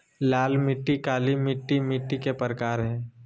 लाल मिट्टी, काली मिट्टी मिट्टी के प्रकार हय